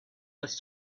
was